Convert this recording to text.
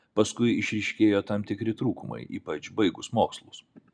paskui išryškėjo tam tikri trūkumai ypač baigus mokslus